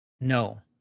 No